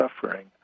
suffering